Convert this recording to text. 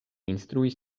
instruis